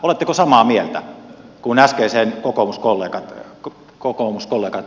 oletteko samaa mieltä kuin äskeiset kokoomuskollegat sanoivat